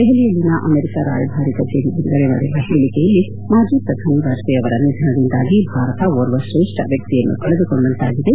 ದೆಹಲಿಯಲ್ಲಿನ America ರಾಯಭಾರಿ ಬಿಡುಗಡೆ ಮಾಡಿರುವ ಹೇಳಿಕೆಯಲ್ಲಿ ಮಾಜಿ ಪ್ರಧಾನಿ ವಾಯಪೇಯಿ ಅವರ ನಿಧನದಿಂದಾಗಿ ಭಾರತ ಓರ್ವ ಶ್ರೇಷ್ಠ ವ್ವಕ್ತಿಯನ್ನು ಕಳೆದುಕೊಂಡಂತಾಗಿದೆ